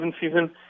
season